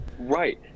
Right